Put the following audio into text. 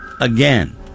again